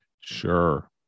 sure